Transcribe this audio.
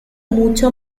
mucho